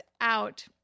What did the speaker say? out